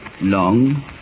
Long